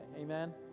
amen